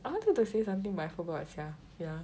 I wanted to say something but I forgot sia yeah